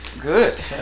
good